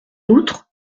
outre